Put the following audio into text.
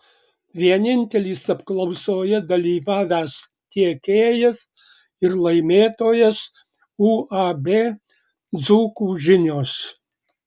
vienintelis apklausoje dalyvavęs tiekėjas ir laimėtojas uab dzūkų žinios